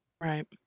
Right